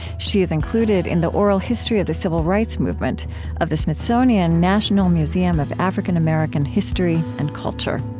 she is included in the oral history of the civil rights movement of the smithsonian national museum of african american history and culture